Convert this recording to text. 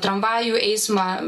tramvajų eismą